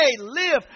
live